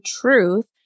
truth